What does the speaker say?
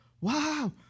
Wow